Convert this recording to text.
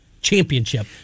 championship